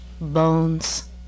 bones